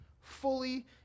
fully